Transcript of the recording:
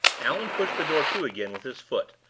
allan pushed the door to again with his foot,